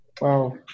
Wow